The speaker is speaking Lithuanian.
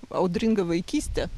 audringą vaikystę